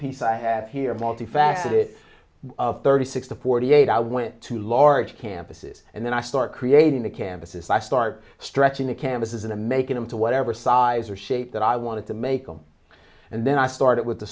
piece i had here multifaceted of thirty six to forty eight i went to large campuses and then i start creating the canvases i start stretching the campuses in a making them to whatever size or shape that i want to make them and then i started with the